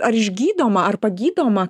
ar išgydoma ar pagydoma